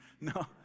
No